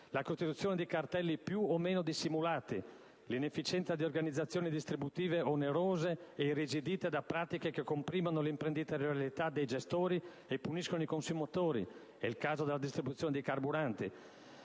la costituzione di cartelli più o meno dissimulati, l'inefficienza di organizzazioni distributive onerose ed irrigidite da pratiche che comprimono l'imprenditorialità dei gestori e puniscono i consumatori (è il caso della distribuzione dei carburanti)